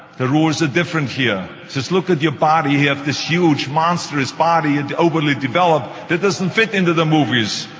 the rules are different here. says look at your body, you have this huge, monstrous body, and overly developed, that doesn't fit into the movies.